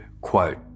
quote